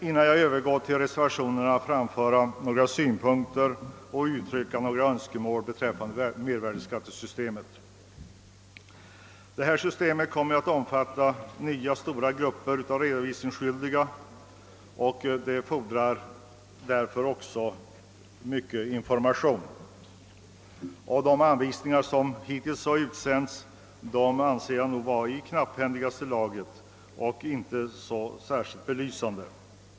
Innan jag övergår till reservationerna vill jag framföra några synpunkter och uttrycka några önskemål beträffande mervärdeskattesystemet, som kommer att omfatta nya stora grupper av redovisningsskyldiga. Därför fordras mycket information och jag anser att de anvisningar som hittills har utsänts är i knapphändigaste laget och inte är så särskilt belysande.